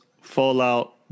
Fallout